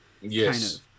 Yes